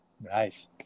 Nice